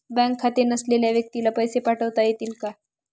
Bank खाते नसलेल्या व्यक्तीला पैसे पाठवता येतील का?